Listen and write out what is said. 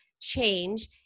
change